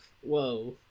whoa